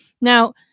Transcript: Now